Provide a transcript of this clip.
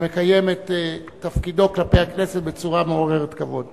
ומקיים את תפקידו כלפי הכנסת בצורה מעוררת כבוד